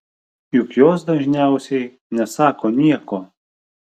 juk jos dažniausiai nesako nieko